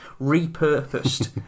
repurposed